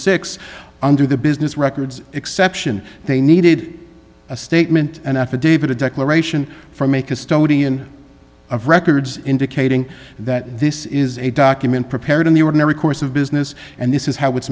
six under the business records exception they needed a statement an affidavit a declaration from a custodian of records indicating that this is a document prepared in the ordinary course of business and this is how it's